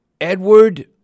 Edward